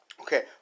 okay